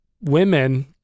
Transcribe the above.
women